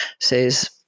says